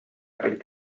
pärit